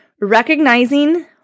recognizing